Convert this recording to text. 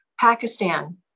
Pakistan